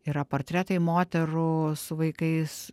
yra portretai moterų su vaikais